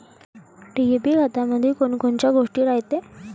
DAP खतामंदी कोनकोनच्या गोष्टी रायते?